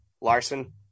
Larson